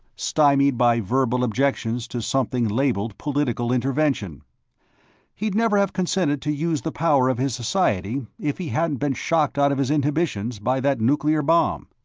stymied by verbal objections to something labeled political intervention he'd never have consented to use the power of his society if he hadn't been shocked out of his inhibitions by that nuclear bomb.